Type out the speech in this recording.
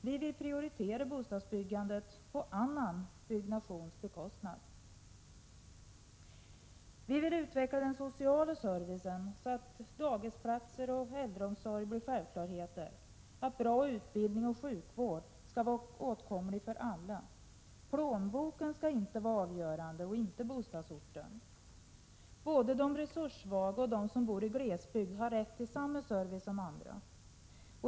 Vi vill prioritera bostadsbyggandet på andra byggnationers bekostad. Vi vill utveckla den sociala servicen, så att dagisplats och bra äldreomsorg blir självklarheter. Bra utbildning och sjukvård skall vara åtkomlig för alla. Plånboken skall inte vara avgörande och inte bostadsorten. Både de resurssvaga och de som bor i glesbygd har rätt till samma service som andra.